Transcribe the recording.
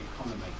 economy